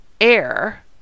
air